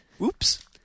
Oops